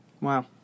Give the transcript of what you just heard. Wow